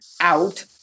out